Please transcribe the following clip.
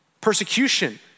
persecution